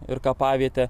ir kapavietę